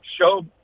show